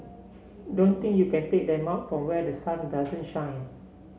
don't think you can take them out from where the sun doesn't shine